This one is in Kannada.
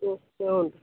ಹ್ಞೂ ಹ್ಞೂ ರೀ